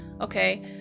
okay